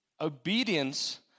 obedience